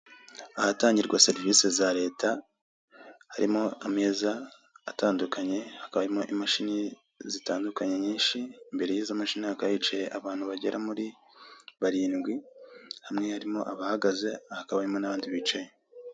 Ahatangirwa serivisi za Leta, harimo ameza atandukanye, hakaba harimo imashini zitandukanye nyinshi, imbere y'izo mashini hakaba hicaye abantu bagera muri barindwi, hamwe harimo abahagaze, hakaba harimo n'abandi bicaye.